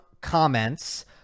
comments